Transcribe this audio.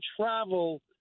travel